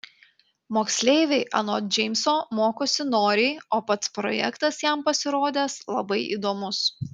moksleiviai anot džeimso mokosi noriai o pats projektas jam pasirodęs labai įdomus